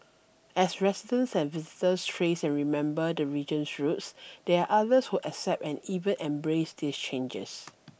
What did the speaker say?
as residents and visitors trace and remember the region's roots there are others who accept and even embrace these changes